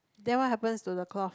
then what happens to the cloth